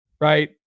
Right